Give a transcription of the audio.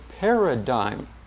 Paradigm